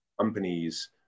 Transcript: companies